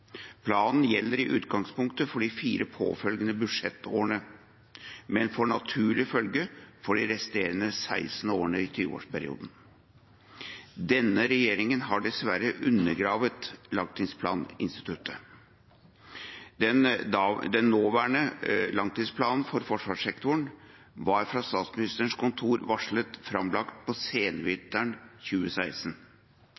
Planen gjelder i utgangspunktet for de fire påfølgende budsjettårene, men får naturlig følge for de resterende 16 årene i tyveårsperioden. Denne regjeringen har dessverre undergravet langtidsplaninstituttet. Den nåværende langtidsplanen for forsvarssektoren var fra Statsministerens kontor varslet framlagt på